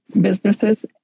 businesses